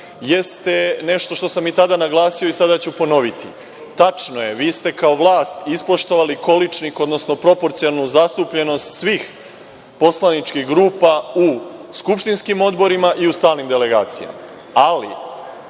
jeste nešto što sam i tada naglasio i sada ću ponoviti. Tačno je, vi ste kao vlast ispoštovali količnik, odnosno proporcionalnu zastupljenost svih poslaničkih grupa u skupštinskim odborima i u stalnim delegacijama, ali